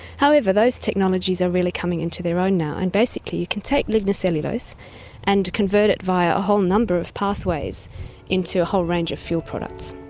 however, those technologies are really coming into their own now, and basically you can take lignocellulose and convert it via a whole number of pathways into a whole range of fuel products.